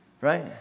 right